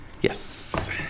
Yes